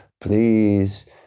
please